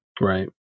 right